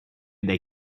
dai